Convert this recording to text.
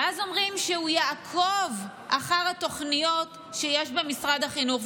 ואז אומרים שהוא יעקוב אחר התוכניות שיש במשרד החינוך.